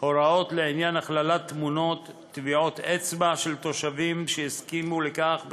הוראות לעניין הכללת תמונות טביעות אצבע של תושבים שהסכימו לכך בכתב,